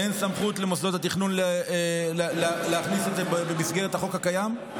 אין סמכות למוסדות התכנון להכניס את זה במסגרת החוק הקיים,